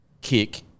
kick